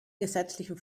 gesetzlichen